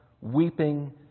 weeping